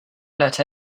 let